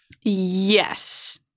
Yes